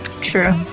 True